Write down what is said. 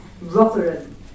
Rotherham